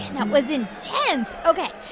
and that was intense. ok,